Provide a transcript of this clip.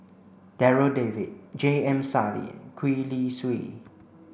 Darryl David J M Sali and Gwee Li Sui